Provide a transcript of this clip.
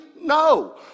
No